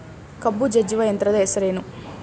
ಕಬ್ಬು ಜಜ್ಜುವ ಯಂತ್ರದ ಹೆಸರೇನು?